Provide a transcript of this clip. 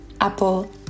apple